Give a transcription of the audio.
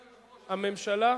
הממשלה,